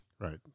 Right